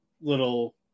little